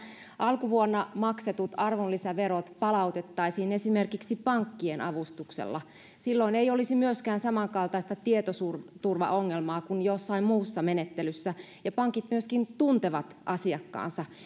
alkuvuonna maksetut arvonlisäverot palautettaisiin esimerkiksi pankkien avustuksella silloin ei olisi myöskään samankaltaista tietoturvaongelmaa kuin jossain muussa menettelyssä pankit myöskin tuntevat asiakkaansa